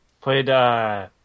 Played